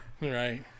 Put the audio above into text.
Right